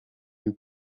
you